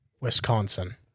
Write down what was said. Wisconsin